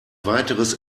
weiteres